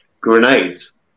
grenades